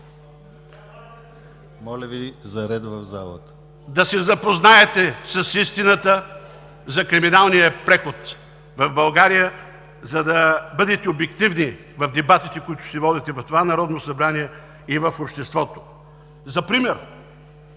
Моля Ви за ред в залата! СПАС ГЪРНЕВСКИ: Да се запознаете с истината за криминалния преход в България, за да бъдете обективни в дебатите, които ще водите в това Народно събрание и в обществото. За пример